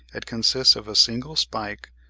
it consists of a single spike,